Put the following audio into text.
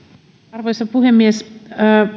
arvoisa puhemies